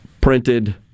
printed